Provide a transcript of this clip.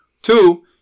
Two